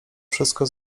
wszystko